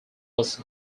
was